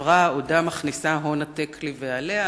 החברה עודה מכניסה הון עתק לבעליה,